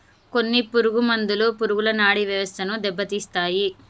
కొన్ని పురుగు మందులు పురుగుల నాడీ వ్యవస్థను దెబ్బతీస్తాయి